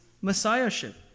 messiahship